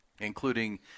including